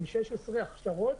אם-16 והכשרות,